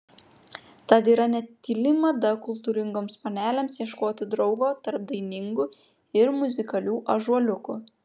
tad yra net tyli mada kultūringoms panelėms ieškoti draugo tarp dainingų ir muzikalių ąžuoliukų